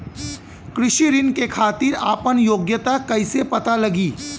कृषि ऋण के खातिर आपन योग्यता कईसे पता लगी?